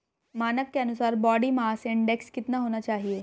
मानक के अनुसार बॉडी मास इंडेक्स कितना होना चाहिए?